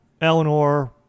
Eleanor